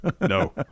No